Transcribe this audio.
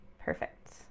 perfect